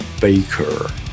Baker